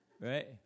Right